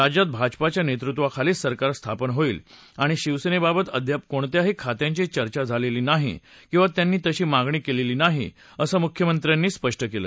राज्यात भाजपाच्या नेतृत्वाखालीच सरकार स्थापन होईल आणि शिवसेनेसोबत अद्याप कोणत्याही खात्यांची चर्चा झालेली नाही किंवा त्यांनी तशी मागणी केलेली नाही असं मुख्यमंत्र्यांनी स्पष्ट केलं